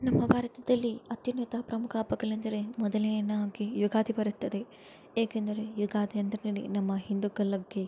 ನಮ್ಮ ಭಾರತದಲ್ಲಿ ಅತ್ಯುನ್ನತ ಪ್ರಮುಖ ಹಬ್ಬಗಳೆಂದರೆ ಮೊದಲ್ನೇದಾಗಿ ಯುಗಾದಿ ಬರುತ್ತದೆ ಏಕೆಂದರೆ ಯುಗಾದಿ ಅಂದರೇನೆ ನಮ್ಮ ಹಿಂದುಗಳಿಗೆ